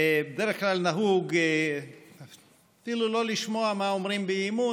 בדרך כלל נהוג אפילו לא לשמוע מה אומרים באי-אמון.